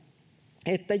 että